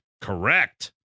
Correct